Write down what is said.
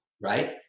right